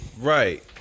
Right